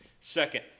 Second